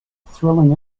thrilling